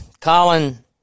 Colin